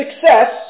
success